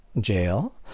Jail